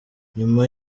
nyuma